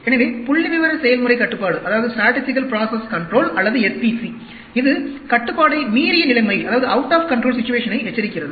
எனவே புள்ளிவிவர செயல்முறை கட்டுப்பாடு அல்லது s p c இது கட்டுப்பாடை மீறிய நிலைமையை எச்சரிக்கிறது